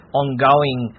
ongoing